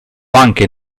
anche